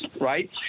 right